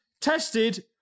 tested